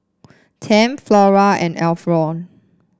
Tempt Flora and Emflor